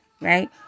Right